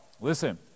Listen